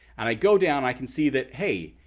and i go down i can see that, hey!